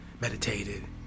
Meditated